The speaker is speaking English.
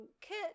Kit